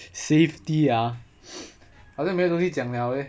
safety ah 我又没有东西讲 liao eh